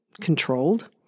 controlled